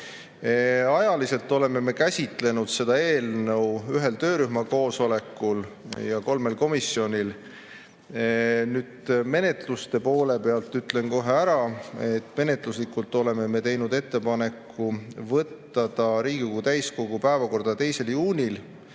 Ajaliselt oleme me käsitlenud seda eelnõu ühel töörühma koosolekul ja kolmel komisjoni istungil. Menetluste poole pealt ütlen kohe ära, et menetluslikult oleme me teinud ettepaneku võtta ta Riigikogu täiskogu 2. juuni